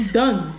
done